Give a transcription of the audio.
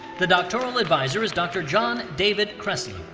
the doctoral advisor is dr. john david cressler.